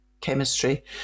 chemistry